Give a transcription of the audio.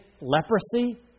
leprosy